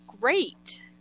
great